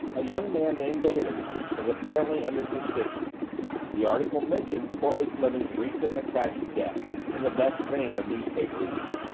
a young man named bailey, was apparently under suspicion the article mentioned courtleigh fleming's recent and tragic death in the best vein of newspaperese.